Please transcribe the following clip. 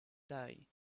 day